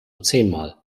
zehnmal